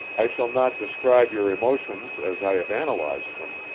i shall not describe your emotions as i have analyzed them,